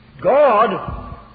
God